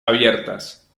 abiertas